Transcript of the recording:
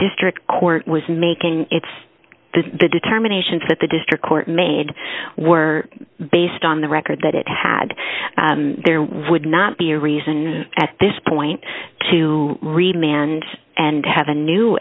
district court was making its the determination that the district court made were based on the record that it had there would not be a reason at this point to read manned and have a new